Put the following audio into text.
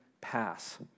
pass